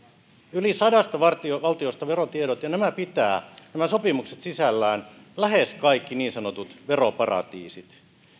yli sadasta valtiosta verotiedot ja nämä sopimukset pitävät sisällään lähes kaikki niin sanotut veroparatiisit